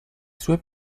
sue